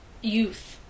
youth